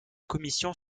commission